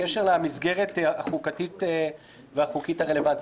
בקשר למסגרת החוקתית והחוקית הרלוונטית.